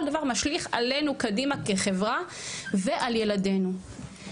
דבר משליך עלינו קדימה כחברה ועל ילדינו.